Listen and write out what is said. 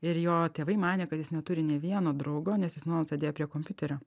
ir jo tėvai manė kad jis neturi nė vieno draugo nes jis nuolat sėdėjo prie kompiuterio